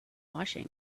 washing